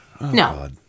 No